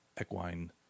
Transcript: equine